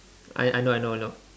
I I know I know I know